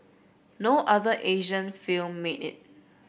no other Asian film made it